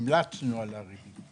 המלצנו על הריבית.